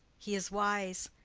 he is wise,